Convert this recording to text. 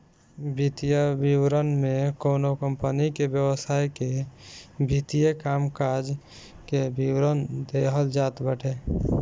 वित्तीय विवरण में कवनो कंपनी के व्यवसाय के वित्तीय कामकाज के विवरण देहल जात बाटे